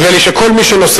נדמה לי שכל מי שנוסע,